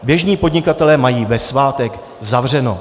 Běžní podnikatelé mají ve svátek zavřeno.